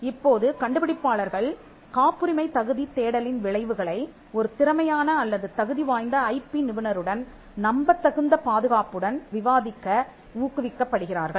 இப்போது கண்டுபிடிப்பாளர்கள் காப்புரிமை தகுதி தேடலின் விளைவுகளை ஒரு திறமையான அல்லது தகுதிவாய்ந்த ஐபி நிபுணருடன் நம்பத் தகுந்த பாதுகாப்புடன் விவாதிக்க ஊக்குவிக்கப்படுகிறார்கள்